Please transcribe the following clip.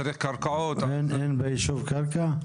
אין בישוב קרקע?